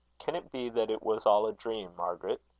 can it be that it was all a dream, margaret?